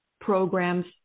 programs